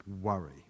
worry